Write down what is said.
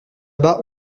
bas